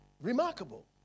Remarkable